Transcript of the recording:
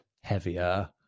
heavier